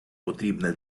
потрібне